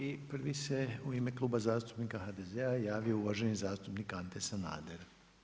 I prvi se u ime Kluba zastupnika HDZ-a javio uvaženi zastupnik Ante Sanader.